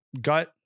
gut